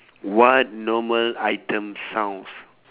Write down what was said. what normal item sounds